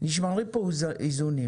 נשמרים פה איזונים.